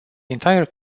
entire